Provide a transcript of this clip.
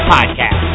Podcast